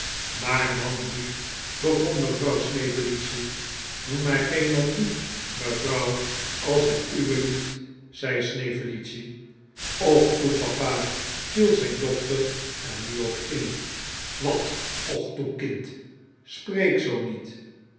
maar manlief begon mevrouw snevellicci noem mij geen manlief mevrouw als het u belief t zei snevellicci och toe papa viel zijn dochter er nu op in wat och toe kind spreek zoo niet